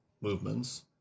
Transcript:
movements